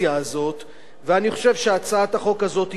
ואני חושב שהצעת החוק הזאת היא אקורד הסיום,